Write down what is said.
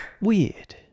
weird